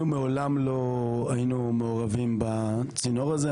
אנחנו מעולם לא היינו מעורבים בצינור הזה.